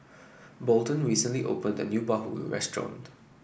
Bolden recently opened a new Bahulu restaurant